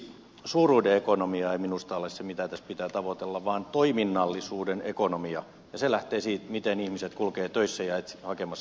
suuruuden ekonomia ei minusta ole se mitä tässä pitää tavoitella vaan toiminnallisuuden ekonomia ja se lähtee siitä miten ihmiset kulkevat töissä ja hakemassa palveluita